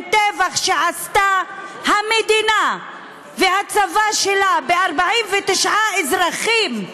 טבח שעשתה המדינה והצבא שלה ב-49 אזרחים,